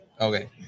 Okay